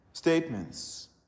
Statements